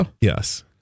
Yes